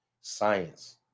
science